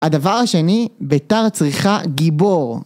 הדבר השני, בית"ר צריכה גיבור